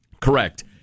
Correct